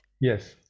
Yes